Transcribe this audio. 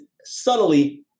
subtly-